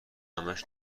همش